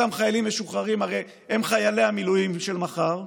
אותם חיילים משוחררים הרי הם חיילי המילואים של מחר,